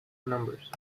numbers